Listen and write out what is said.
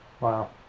Wow